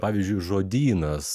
pavyzdžiui žodynas